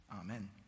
amen